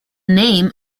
name